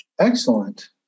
Excellent